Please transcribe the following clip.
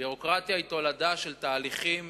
ביורוקרטיה היא תולדה של תהליכים